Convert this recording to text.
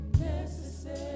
Necessary